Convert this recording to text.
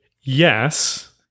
yes